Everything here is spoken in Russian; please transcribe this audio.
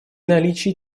наличии